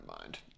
mind